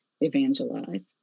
evangelize